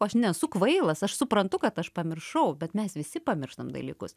aš nesu kvailas aš suprantu kad aš pamiršau bet mes visi pamirštam dalykus